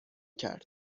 کرد